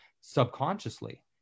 subconsciously